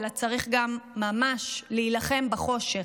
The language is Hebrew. אלא צריך גם ממש להילחם בחושך.